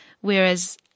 whereas